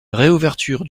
réouverture